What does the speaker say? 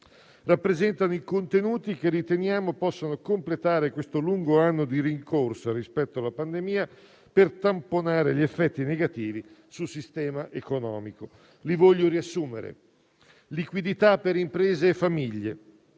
rappresentano i contenuti, che riteniamo possano completare questo lungo anno di rincorsa rispetto alla pandemia, per tamponare gli effetti negativi sul sistema economico e che voglio citare in sintesi.